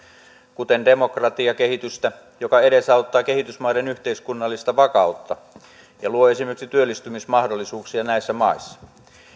kuten demokratiakehitystä joka edesauttaa kehitysmaiden yhteiskunnallista vakautta ja luo esimerkiksi työllistymismahdollisuuksia näissä maissa